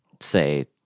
say